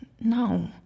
No